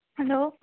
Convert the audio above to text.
hello